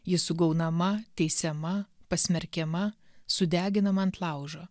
ji sugaunama teisiama pasmerkiama sudeginama ant laužo